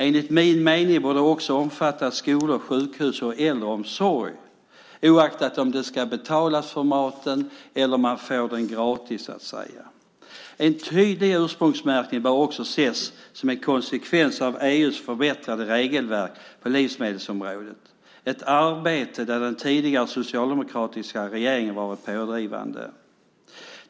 Enligt min mening bör detta också omfatta skolor, sjukhus och äldreomsorg, oaktat om man ska betala för maten eller om man så att säga får den gratis. En tydlig ursprungsmärkning bör också ses som en konsekvens av EU:s förbättrade regelverk på livsmedelsområdet, ett arbete där den tidigare socialdemokratiska regeringen var pådrivande.